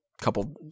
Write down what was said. couple